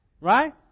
Right